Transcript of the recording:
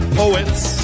poets